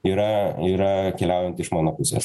yra yra keliaujant iš mano pusės